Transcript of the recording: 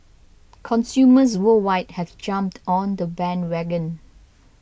consumers worldwide have jumped on the bandwagon